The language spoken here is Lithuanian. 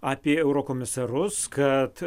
apie eurokomisarus kad